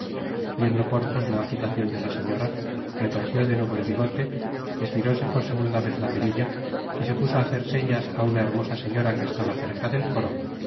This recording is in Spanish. viendo porthos la agitacion de la señora retorció de nuevo el bigote estiróse por segunda vez la perilla y se puso á hacer señas á una hermosa señora que estaba cerca del coro y